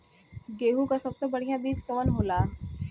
गेहूँक सबसे बढ़िया बिज कवन होला?